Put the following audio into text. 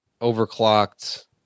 overclocked